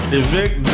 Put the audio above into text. evict